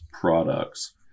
products